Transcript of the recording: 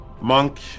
Monk